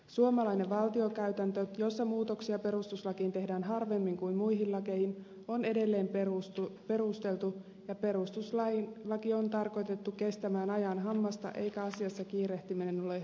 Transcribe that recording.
suomalainen valtiokäytäntö jossa muutoksia perustuslakiin tehdään harvemmin kuin muihin lakeihin on edelleen perusteltu ja perustuslaki on tarkoitettu kestämään ajan hammasta eikä asiassa kiirehtiminen ole hyvästä